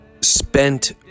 spent